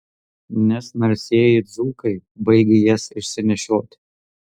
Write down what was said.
nes narsieji dzūkai baigia jas išsinešioti